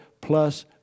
plus